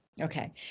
Okay